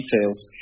details